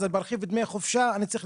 (12 ימי חופשה לפי ותק של עד 4